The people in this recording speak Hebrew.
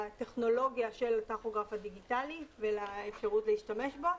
לטכנולוגיה של הטכוגרף הדיגיטלי ולאפשרות להשתמש בו,